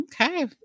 Okay